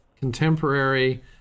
contemporary